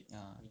ah